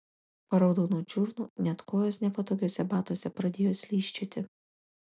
paraudau nuo čiurnų net kojos nepatogiuose batuose pradėjo slysčioti